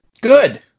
Good